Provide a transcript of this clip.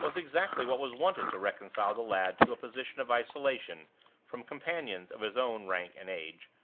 was exactly what was wanted to reconcile the lad to a position of isolation from companions of his own rank and age,